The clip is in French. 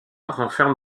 renferme